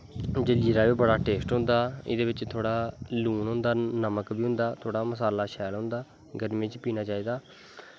जलजीरा बी बड़ा टेस्ट होंदा एह्दे च बी थ्होड़ा लून होंदा नमक मसाला बी शैल होंदा गर्मी च पीना चाहिदा